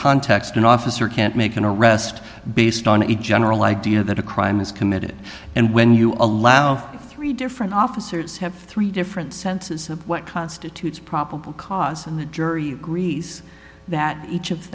context an officer can't make an arrest based on a general idea that a crime is committed and when you are allowed three different officers have three different senses of what constitutes probable cause and the jury agrees that each of